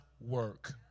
work